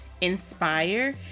inspire